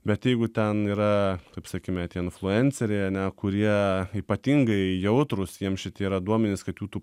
bet jeigu ten yra taip sakykime tie influenceriai ane kurie ypatingai jautrūs jiems šitie yra duomenys kad tų